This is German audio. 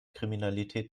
kriminalität